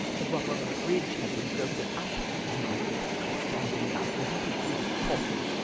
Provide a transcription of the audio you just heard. the rubber of bridge had been broken up and my guests were standing about in little groups talking.